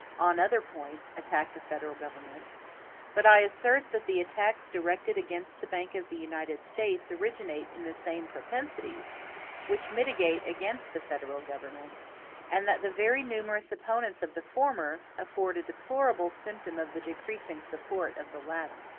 on other points, attack the federal government but i assert that the attacks directed against the bank of the united states originate in the same propensities which militate against the federal government and that the very numerous opponents of the former afford a deplorable symptom of the decreasing support of the latter.